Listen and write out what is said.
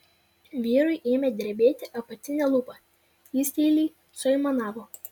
vyrui ėmė drebėti apatinė lūpa jis tyliai suaimanavo